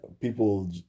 people